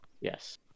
yes